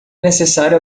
necessário